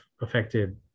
affected